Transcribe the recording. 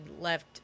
left